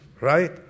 Right